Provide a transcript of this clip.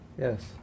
Yes